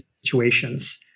situations